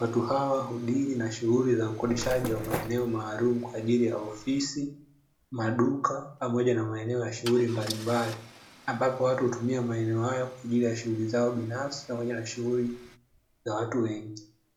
Watu hawa hudili na shughuli za ukukodishaji wa maeneo maalumu kwa ajili ya ofisi, maduka pamoja na maeneo ya shughuli mbalimbali, ambapo watu hutumia maeneo hayo kwa shughuli zao binafsi pamoja na shughuli za watu wengi.